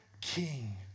king